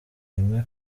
rimwe